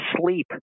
sleep